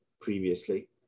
previously